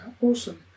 awesome